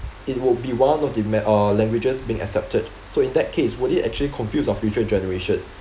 it would be one of the mai~ uh languages being accepted so in that case would it actually confuse our future generation